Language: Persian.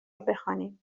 بخوانیم